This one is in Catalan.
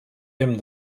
hem